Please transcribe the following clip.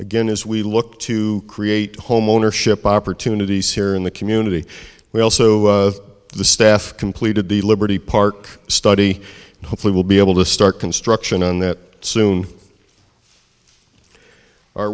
again as we look to create homeownership opportunities here in the community but also the staff completed the liberty park study and hopefully will be able to start construction on that soon our